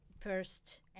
first